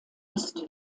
ist